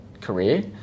career